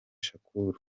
shakur